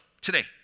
today